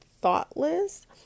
thoughtless